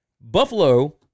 Buffalo